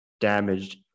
damaged